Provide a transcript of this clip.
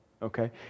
Okay